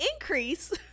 increase